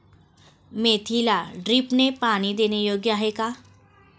मेथीला ड्रिपने पाणी देणे योग्य आहे का?